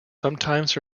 sometimes